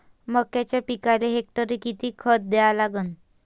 मक्याच्या पिकाले हेक्टरी किती खात द्या लागन?